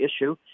issue